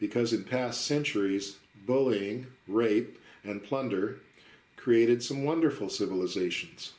because it passed centuries bowling rape and plunder created some wonderful civilizations